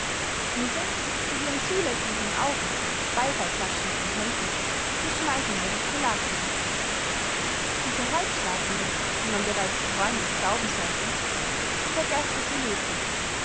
diese mit ihren zulächelnden augen beyfallklatschenden händen ist die schmeichelnde kolakia diese halbschlafende die man bereits träumend glauben sollte ist die vergeßliche lethe